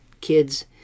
kids